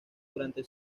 durante